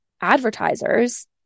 advertisers